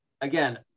again